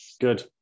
good